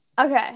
Okay